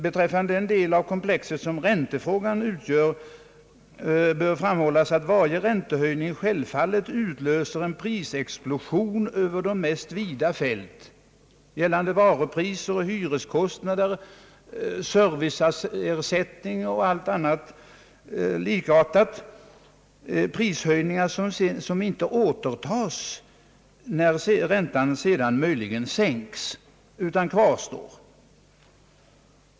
Beträffande den del av komplexet, som räntefrågan utgör, bör framhållas att varje räntehöjning självfallet utlöser en prisexplosion över de mest vida fält, gällande varupriser, hyreskostnader, serviceersättningar och andra likartade ting, prishöjningar som inte återtas när räntan sedan möjligen sänks utan kvarstår.